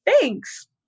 Thanks